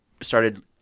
started